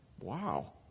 Wow